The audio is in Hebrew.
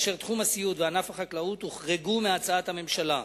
תחום הסיעוד וענף החקלאות הוחרגו מהצעת הממשלה.